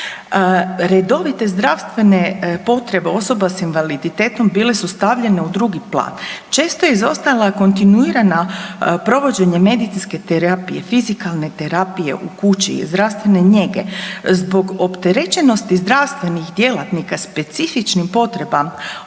Redovite zdravstvene potrebe osoba s invaliditetom bile su stavljene u drugi plan, često je izostala kontinuirana provođenje medicinske terapije, fizikalne terapije u kući, zdravstvene njege. Zbog opterećenosti zdravstvenih djelatnika specifičnim potrebama